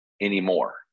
anymore